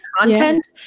content